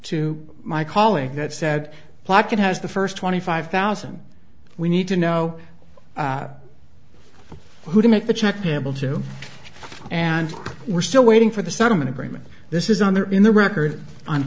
to my colleague that said placket has the first twenty five thousand we need to know who to make the check payable to and we're still waiting for the settlement agreement this is on their in the record on